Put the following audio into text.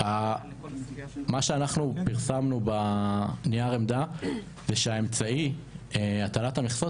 מה שאנחנו פרסמנו בנייר העמדה זה שהאמצעי הטלת המכסות,